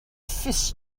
fils